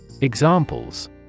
Examples